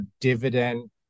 dividend